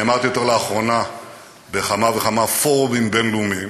אני אמרתי אותה לאחרונה בכמה וכמה פורומים בין-לאומיים,